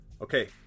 Okay